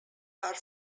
are